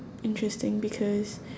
interesting because